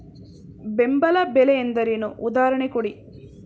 ಬೆಂಬಲ ಬೆಲೆ ಎಂದರೇನು, ಉದಾಹರಣೆ ಕೊಡಿ?